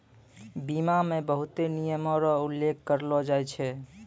बीमा मे बहुते नियमो र उल्लेख करलो जाय छै